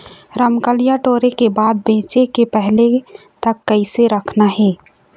रमकलिया टोरे के बाद बेंचे के पहले तक कइसे रखना हे?